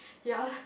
ya